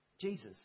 Jesus